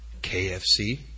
KFC